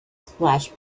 splash